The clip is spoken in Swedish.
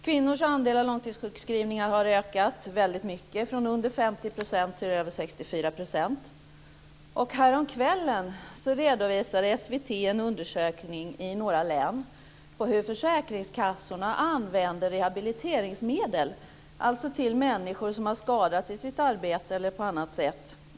Kvinnors andel av långtidssjukskrivningar har ökat kraftigt, från under Häromkvällen redovisade SVT en undersökning som gjorts i några län av hur försäkringskassorna använder rehabiliteringsmedel till människor som har skadats i sitt arbete eller på annat sätt.